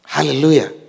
Hallelujah